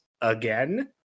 again